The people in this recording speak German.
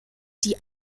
die